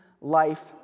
life